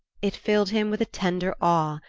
it filled him with a tender awe,